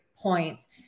points